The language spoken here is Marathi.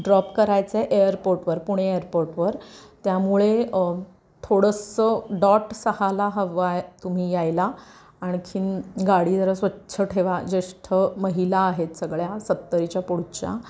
ड्रॉप करायचं आहे एअरपोर्टवर पुणे एअरपोर्टवर त्यामुळे थोडंसं डॉट सहाला हवं आहे तुम्ही यायला आणखीन गाडी जरा स्वच्छ ठेवा ज्येष्ठ महिला आहेत सगळ्या सत्तरीच्या पुढच्या